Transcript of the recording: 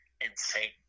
insane